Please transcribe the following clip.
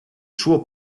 suo